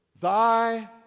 thy